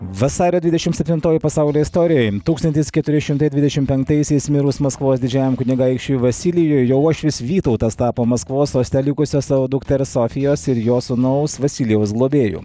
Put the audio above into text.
vasario dvidešimt septintoji pasaulio istorijoj tūkstantis keturi šimtai dvidešimt penktaisiais mirus maskvos didžiajam kunigaikščiui vasilijui jo uošvis vytautas tapo maskvos soste likusios savo dukters sofijos ir jo sūnaus vasilijaus globėju